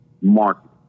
market